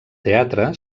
teatre